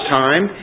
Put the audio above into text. time